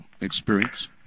experience